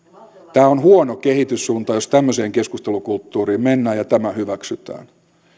tämä on huono kehityssuunta jos tämmöiseen keskustelukulttuuriin mennään ja tämä hyväksytään